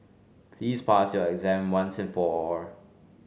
please pass your exam once and for all